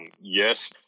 yes